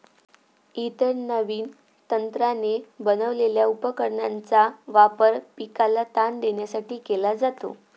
इतर नवीन तंत्राने बनवलेल्या उपकरणांचा वापर पिकाला ताण देण्यासाठी केला जातो